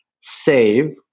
save